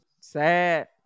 sad